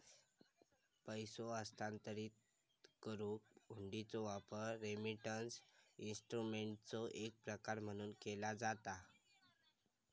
पैसो हस्तांतरित करुक हुंडीचो वापर रेमिटन्स इन्स्ट्रुमेंटचो एक प्रकार म्हणून केला जाता